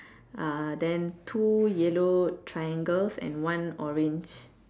uh then two yellow triangles and one orange